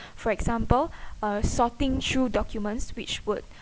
for example uh sorting through documents which would